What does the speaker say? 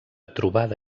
trobada